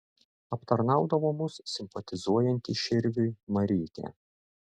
aptarnaudavo mus simpatizuojanti širviui marytė